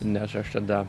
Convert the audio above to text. nes aš tada